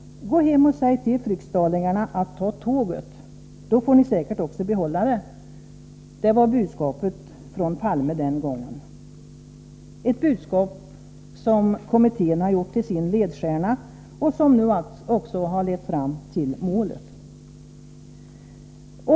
”Gå hem och säg till fryksdalingarna att ta tåget, då får ni säkert också behålla det”, var budskapet från Palme den gången, ett budskap som kommittén har gjort till sin ledstjärna och som nu också lett fram till målet.